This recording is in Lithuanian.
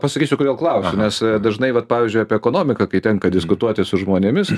pasakysiu kodėl klausiu nes dažnai vat pavyzdžiui apie ekonomiką kai tenka diskutuoti su žmonėmis